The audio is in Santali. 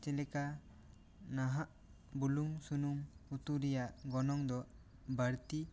ᱪᱮᱞᱮᱠᱟ ᱱᱟᱦᱟᱜ ᱵᱩᱞᱩᱝ ᱥᱩᱱᱩᱢ ᱩᱛᱩ ᱨᱮᱭᱟᱜ ᱜᱚᱱᱚᱝ ᱫᱚ ᱵᱟᱹᱲᱛᱤ ᱟᱠᱟᱱᱟ